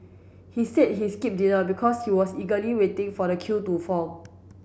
he said he skipped dinner because he was eagerly waiting for the queue to form